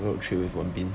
the oak tree with one bin